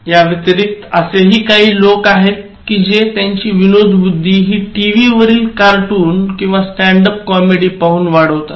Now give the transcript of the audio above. या व्यतिरिक्त असेही काही लोक आहेत कि जे त्यांची विनोदबुद्धी हि टीव्ही वरील कार्टून किंवा स्टॅन्ड अप कॉमेडी पाहून वाढवतात